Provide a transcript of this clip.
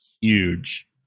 huge